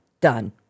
done